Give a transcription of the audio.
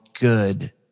good